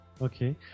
Okay